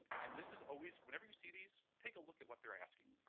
and this is always whenever you see these, take a look at what they're asking.